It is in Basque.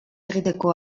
egiteko